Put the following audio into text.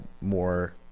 more